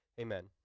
Amen